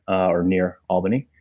or near albany,